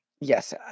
yes